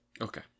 Okay